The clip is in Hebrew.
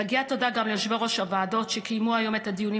מגיעה תודה גם ליושבי-ראש הוועדות שקיימו היום את הדיונים